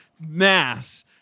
mass